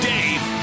Dave